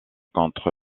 contre